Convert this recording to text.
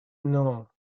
non